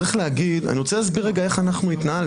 אני רוצה להסביר איך התנהלנו.